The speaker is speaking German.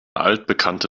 altbekannte